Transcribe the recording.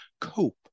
cope